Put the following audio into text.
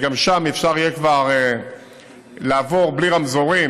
וגם שם אפשר יהיה כבר לעבור בלי רמזורים,